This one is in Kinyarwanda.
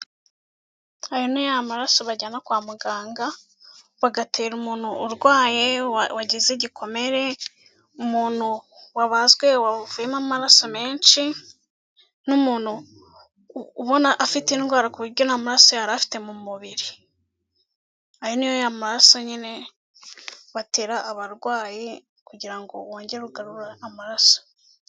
Ayo ni ya maraso bajyana kwa muganga, bagatera umuntu urwaye wagize igikomere, umuntu wabazwe wawuvuyemo amaraso menshi n'umuntu ubona afite indwara ku buryo ntamaraso yari afite mu mubiri. Ayo ni ya maraso nyine batera abarwayi kugira ngo wongere ugarura amaraso.